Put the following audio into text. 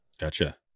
Gotcha